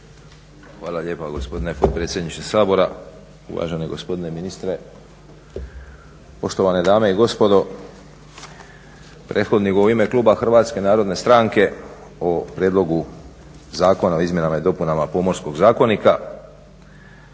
Hvala lijepa gospodine potpredsjedniče Sabora, uvaženi gospodine ministre, poštovane dame i gospodo. …/Govornik se ne razumije./… u ime Hrvatske narodne stranke o Prijedlogu zakona o izmjenama i dopunama Pomorskog zakonika,